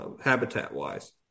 habitat-wise